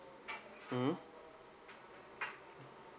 mm